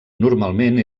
normalment